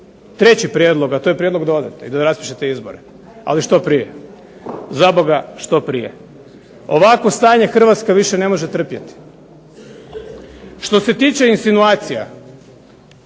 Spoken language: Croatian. treći prijedlog, a to je prijedlog da odete i da raspišete izbore, ali što prije. Zaboga, što prije. Ovakvo stanje Hrvatska više ne može trpjeti. Što se tiče insinuacija,